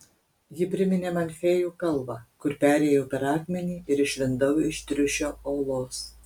ji priminė man fėjų kalvą kur perėjau per akmenį ir išlindau iš triušio olos